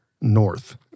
North